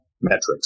metrics